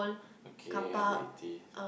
okay hundred eighty